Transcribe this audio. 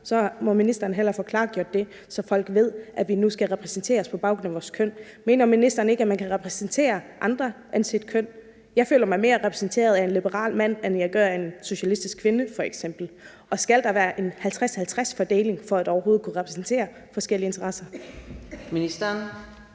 Så må ministeren hellere få klargjort det, så folk ved, at vi nu skal repræsenteres på baggrund af vores køn. Mener ministeren ikke, at man kan repræsentere andre end sit køn? Jeg føler mig f.eks. mere repræsenteret af en liberal mand, end jeg gør af en socialistisk kvinde. Og skal der være en 50-50-fordeling for overhovedet at kunne repræsentere forskellige interesser? Kl.